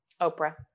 Oprah